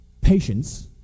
Patience